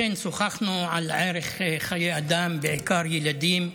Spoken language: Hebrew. אכן שוחחנו על ערך חיי האדם, בעיקר ילדים.